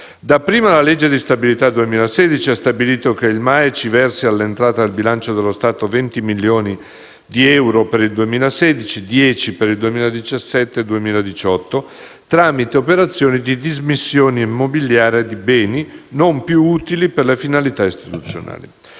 Dapprima, la legge di stabilità del 2016 ha stabilito che il MAECI versi all'entrata del bilancio dello Stato 20 milioni di euro per il 2016 e 10 per il 2017 e il 2018 tramite operazioni di dismissioni immobiliari di beni non più utili per le finalità istituzionali.